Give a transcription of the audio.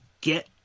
get